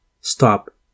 stop